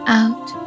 out